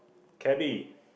cabby